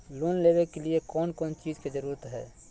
Loan लेबे के लिए कौन कौन चीज के जरूरत है?